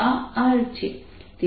આ R છે